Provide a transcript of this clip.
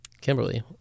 Kimberly